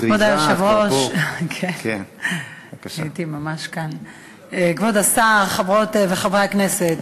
כבוד היושב-ראש, כבוד השר, חברות וחברי הכנסת,